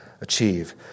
achieve